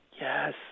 Yes